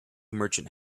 merchant